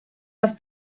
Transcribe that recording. dass